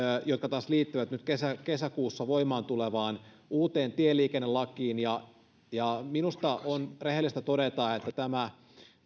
joka taas liittyy nyt kesäkuussa voimaan tulevaan uuteen tieliikennelakiin minusta on rehellistä todeta että tämä